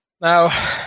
Now